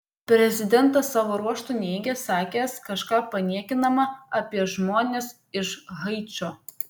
prezidentas savo ruožtu neigė sakęs kažką paniekinama apie žmones iš haičio